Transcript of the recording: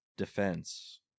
defense